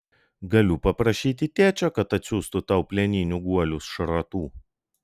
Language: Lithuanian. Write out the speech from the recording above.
galiu paprašyti tėčio kad atsiųstų tau plieninių guolių šratų